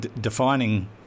defining